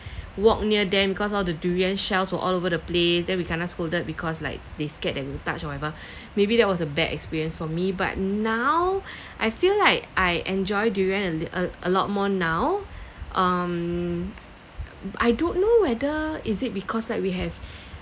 walk near them because all the durian shells were all over the place then we kena scolded because like they scared that we touched whatever maybe that was a bad experience for me but now I feel like I enjoy durian a litt~ a a lot more now um I don't know whether is it because like we have